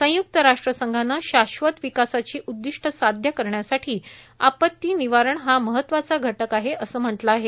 संयुक्त राष्ट्रसंघानं शाश्वत विकासाची उद्दिष्ट साध्य करण्यासाठी आपत्ती निवारण हा महत्वाचा घटक आहे असं म्हटलं आहे